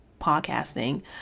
podcasting